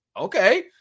okay